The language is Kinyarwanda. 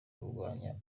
kurwanya